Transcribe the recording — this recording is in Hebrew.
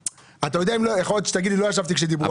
יכול להיות שתגיד לי, לא ישבתי כשדיברו על זה.